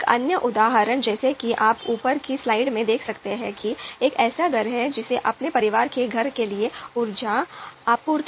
एक अन्य उदाहरण जैसा कि आप ऊपर की स्लाइड में देख सकते हैं कि एक ऐसा घर है जिसे अपने परिवार के घर के लिए ऊर्जा आपूर्तिकर्ता का चयन करना पड़ सकता है